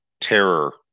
terror